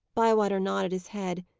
bywater nodded his head.